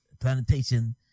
Plantation